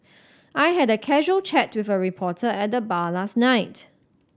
I had a casual chat with a reporter at the bar last night